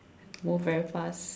move very fast